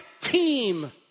team